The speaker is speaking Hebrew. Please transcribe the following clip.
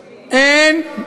אין,